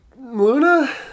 Luna